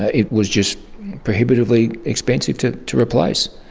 ah it was just prohibitively expensive to to replace,